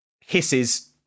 hisses